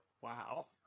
Wow